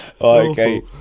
Okay